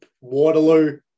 Waterloo